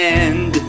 end